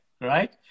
Right